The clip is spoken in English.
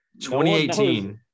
2018